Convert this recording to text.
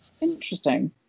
Interesting